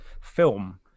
film